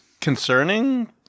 concerning